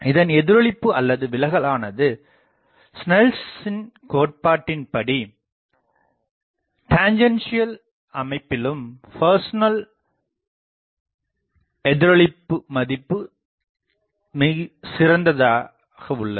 இதன் எதிரொளிப்பு அல்லது விலகல்ஆனது ஸ்நெல்ளின் கோட்பாட்டின்படி டெண்ட்ஜன்சியல் அமைப்பிலும் ஃப்ர்சனல் எதிரொளிப்பு மதிப்பு சிறந்த முறையில் உள்ளது